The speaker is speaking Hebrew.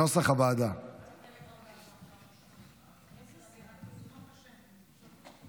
סעיפים 1 4 נתקבלו.